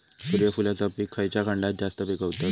सूर्यफूलाचा पीक खयच्या खंडात जास्त पिकवतत?